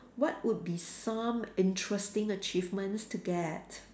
what would be some interesting achievements to get